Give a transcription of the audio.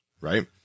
Right